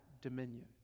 dominion